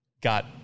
got